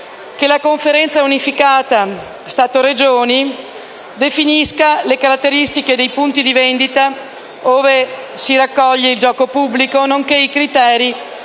della Conferenza unificata Stato‑Regioni delle caratteristiche dei punti di vendita dove si raccoglie il gioco pubblico, nonché i criteri